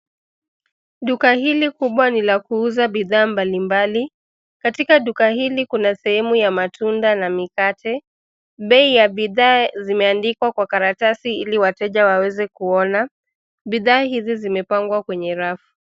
Duka hili kubwa ni la kuuza bidhaa mbalimbali. Katika duka hili kuna sehemu ya matunda na mikate. Bei ya bidhaa zimeandikwa kwa karatasi ili wateja waweze kuona. Bidhaa hizi zimepangwa kwenye rafu.